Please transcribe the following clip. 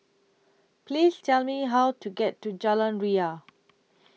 Please Tell Me How to get to Jalan Ria